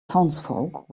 townsfolk